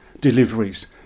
deliveries